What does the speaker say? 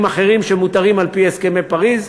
אחרים שהם מותרים על-פי הסכמי פריז.